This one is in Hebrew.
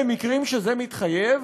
במקרים שבהם זה מתחייב